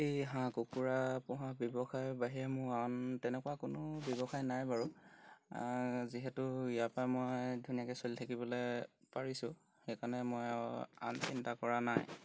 এই হাঁহ কুকুৰা পোহা ব্যৱসায়ৰ বাহিৰে মোৰ আন তেনেকুৱা কোনো ব্যৱসায় নাই বাৰু যিহেতু ইয়াৰপৰাই মই ধুনীয়াকৈ চলি থাকিবলৈ পাৰিছোঁ সেইকাৰণে মই আৰু আন চিন্তা কৰা নাই